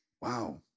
Wow